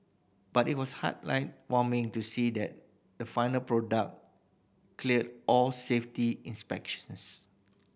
but it was heart warming to see that the final product clear all safety inspections